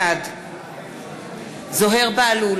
בעד זוהיר בהלול,